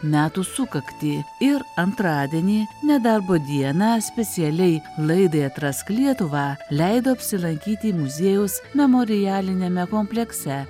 metų sukaktį ir antradienį nedarbo dieną specialiai laidai atrask lietuvą leido apsilankyti muziejaus memorialiniame komplekse